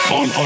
on